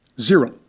Zero